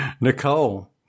Nicole